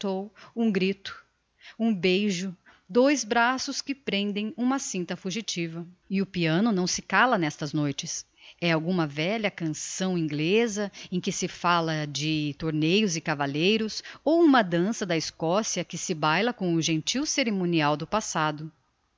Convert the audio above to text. um grito um beijo dois braços que prendem uma cinta fugitiva e o piano não se cala n'estas noites é alguma velha canção ingleza em que se falla de torneios e cavalleiros ou uma dança da escossia que se baila com o gentil ceremonial do passado